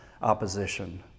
opposition